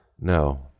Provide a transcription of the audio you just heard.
No